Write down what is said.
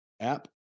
App